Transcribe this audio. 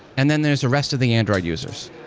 and then there's the rest of the android users.